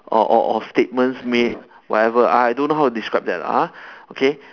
or or or statements made whatever I don't know how to describe that lah ah okay